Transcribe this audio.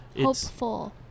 Hopeful